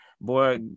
Boy